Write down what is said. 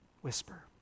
whisper